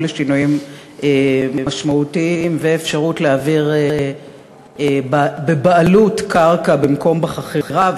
לשינויים משמעותיים ולאפשרות להעביר בבעלות קרקע במקום בחכירה.